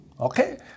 Okay